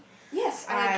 ~free